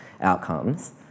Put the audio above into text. outcomes